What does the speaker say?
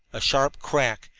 a sharp crack,